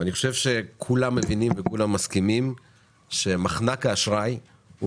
אני חושב שכולם מבינים וכולם מסכימים שמחנק האשראי הוא